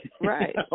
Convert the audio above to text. Right